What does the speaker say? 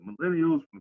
millennials